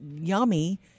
yummy